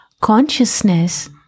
Consciousness